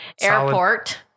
airport